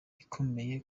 ikomeye